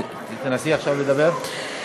תנסי עכשיו לדבר.